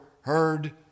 heard